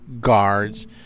guards